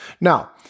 Now